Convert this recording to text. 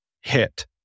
hit